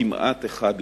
כמעט אחד לאחד.